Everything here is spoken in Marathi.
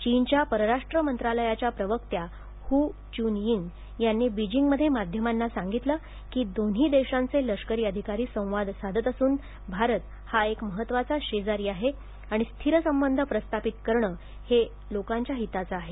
चीनच्या परराष्ट्र मंत्रालयाच्या प्रवक्त्या हू चुनयिंग यांनी बीजिंगमध्ये माध्यमांना सांगितले की दोन्ही देशाचे लष्करी अधिकारी संवाद साधत असून भारत हा एक महत्त्वाचा शेजारी आहे आणि स्थिर संबंध प्रस्थापित करणं हे लोकांच्या हिताचे आहे